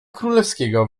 królewskiego